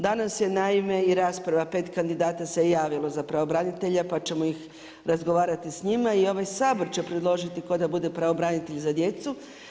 Danas je naime i rasprava 5 kandidata se javilo za pravobranitelja pa ćemo razgovarati s njima i ovaj Sabor će predložiti tko da bude pravobranitelj za djecu.